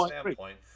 standpoint